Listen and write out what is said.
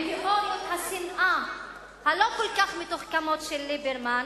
עם תיאוריות השנאה הלא-כל-כך מתוחכמות של ליברמן,